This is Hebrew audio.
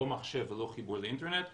לא מחשב ולא חיבור לאינטרנט,